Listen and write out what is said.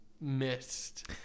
missed